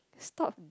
stop